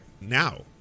now